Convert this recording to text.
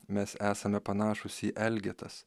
mes esame panašūs į elgetas